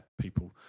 people